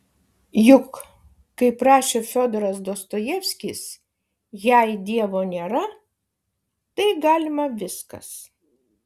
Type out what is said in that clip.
juk kaip rašė fiodoras dostojevskis jei dievo nėra tai galima viskas